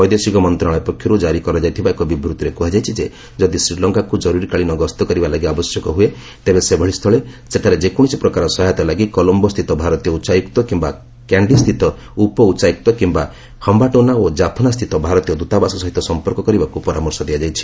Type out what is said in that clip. ବୈଦେଶିକ ମନ୍ତ୍ରଣାଳୟ ପକ୍ଷରୁ କାରି କରାଯାଇଥିବା ଏକ ବିବୃଭିରେ କୁହାଯାଇଛି ଯେ ଯଦି ଶ୍ରୀଲଙ୍କାକୁ ଜରୁରିକାଳୀନ ଗସ୍ତ କରିବା ଲାଗି ଆବଶ୍ୟକ ହୁଏ ତେବେ ସେଭଳି ସ୍ଥଳେ ସେଠାରେ ଯେକୌଣସି ପ୍ରକାର ସହାୟତା ଲାଗି କଲମ୍ବୋ ସ୍ଥିତ ଭାରତୀୟ ଉଚ୍ଚାୟୁକ୍ତ କିମ୍ବା କ୍ୟାଣ୍ଡି ସ୍ଥିତ ଉପଉଚ୍ଚାୟୁକ୍ତ କିମ୍ବା ହାମ୍ଘାଷ୍ଟୋନା ଓ କାଫ୍ନା ସ୍ଥିତ ଭାରତୀୟ ଦୂତାବାସ ସହିତ ସମ୍ପର୍କ କରିବାକୁ ପରାମର୍ଶ ଦିଆଯାଇଛି